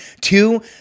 Two